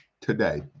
today